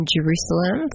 Jerusalem